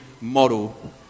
model